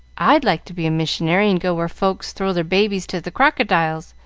i'd like to be a missionary and go where folks throw their babies to the crocodiles.